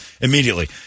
immediately